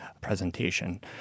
presentation